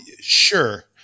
Sure